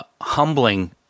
humbling